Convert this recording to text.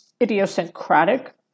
idiosyncratic